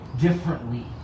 differently